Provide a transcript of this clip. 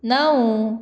णव